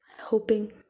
hoping